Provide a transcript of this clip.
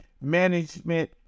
Management